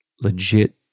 legit